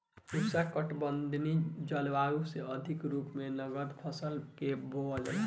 उष्णकटिबंधीय जलवायु में अधिका रूप से नकदी फसल के बोआला